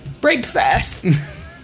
Breakfast